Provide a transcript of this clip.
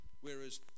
Whereas